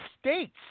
States